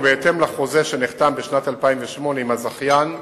ובהתאם לחוזה שנחתם בשנת 2008 עם הזכיין,